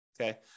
Okay